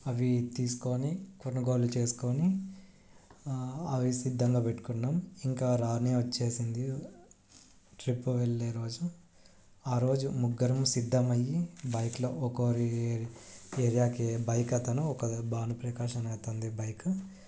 అవి తీసుకోని కొనుగోలు చేసుకోని అవి సిద్ధంగా పెట్టుకున్నాం ఇంకా రానే వచ్చేసింది ట్రిప్ వెళ్ళే రోజు ఆ రోజు ముగ్గురం సిద్ధమయ్యి బైక్లో ఒకోరి ఏరియాకి బైక్ అతను ఒక ద భానుప్రకాష్ అనే అతనిది బైకు